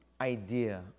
idea